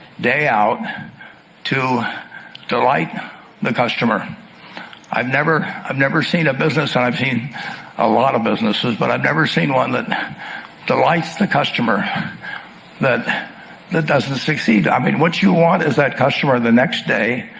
day-out to delight the customer i've never i've never seen a business i've seen a lot of businesses but i've never seen, one that and that delight the customer that that doesn't succeed i mean what you want is that customer the next, day?